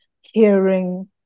hearing